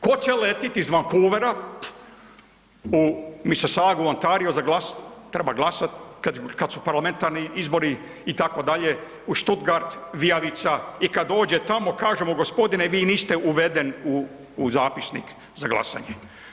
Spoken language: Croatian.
Ko će letiti iz Vancouvera u Mississauga u Ontario za glas, treba glasat, kad su parlamentarni izbori itd. u Stuttgart, vijavica i kad dođe tamo kažemo gospodine vi niste uveden u, u zapisnik za glasanje.